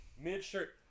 mid-shirt